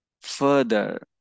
further